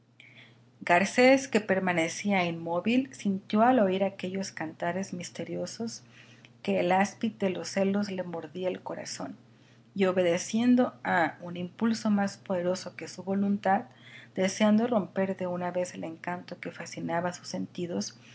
garcés que permanecía inmóvil sintió al oír aquellos cantares misteriosos que el áspid de los celos le mordía el corazón y obedeciendo a un impulso más poderoso que su voluntad deseando romper de una vez el encanto que fascinaba sus sentidos